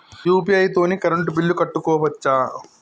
UPI తోని current bill కట్టుకోవచ్ఛా?